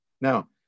Now